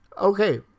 Okay